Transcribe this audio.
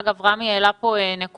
אגב, רמי העלה פה נקודה.